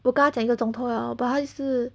我跟她讲一个钟头 liao but 她一直